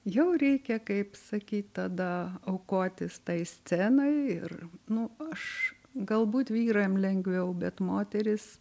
jau reikia kaip sakyt tada aukotis tai scenai ir nu aš galbūt vyram lengviau bet moterys